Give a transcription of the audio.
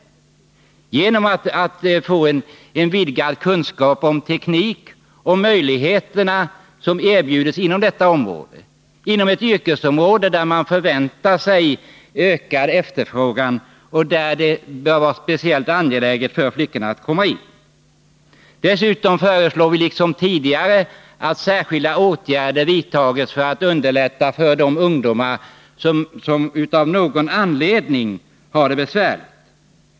Man bör få en vidgad kunskap om teknisk naturvetenskap och de möjligheter som erbjuds inom detta område, där det förväntas ökad efterfrågan och där det bör vara speciellt angeläget för flickorna att komma in. Dessutom föreslår vi, liksom tidigare, att särskilda åtgärder vidtas för att underlätta för de ungdomar som av någon anledning har det besvärligt.